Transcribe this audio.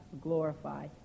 glorify